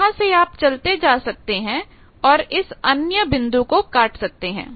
यहां से आप चलते जा सकते हैं और इस अन्य बिंदु को काट सकते हैं